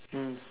mm